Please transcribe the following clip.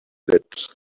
that